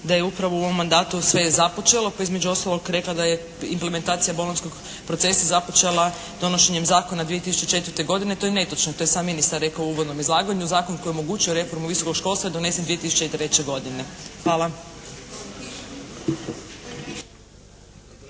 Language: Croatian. da je upravo u ovom mandatu sve je započelo, pa je između ostalog rekla da je implementacija Bolonjskog procesa započela donošenjem zakona 2004. godine. To je netočno, to je sam ministar rekao u uvodnom izlaganju. Zakon koji je omogućio reformu visokog školstva donesen je 20003. godine. Hvala.